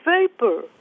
vapor